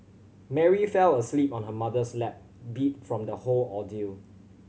Mary fell asleep on her mother's lap beat from the whole ordeal